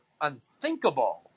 unthinkable